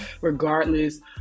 regardless